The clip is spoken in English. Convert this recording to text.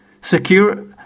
secure